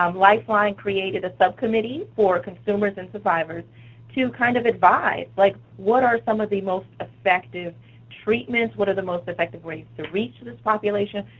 um lifeline created a subcommittee for consumers and survivors to kind of advise, like, what are some of the most effective treatments? what are the most effective ways to reach this population?